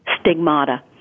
stigmata